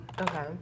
Okay